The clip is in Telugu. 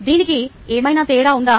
దీనికి ఏమైనా తేడా ఉందా